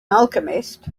alchemist